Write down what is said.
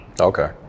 Okay